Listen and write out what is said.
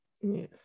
Yes